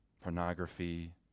pornography